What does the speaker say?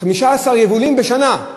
15 יבולים בשנה.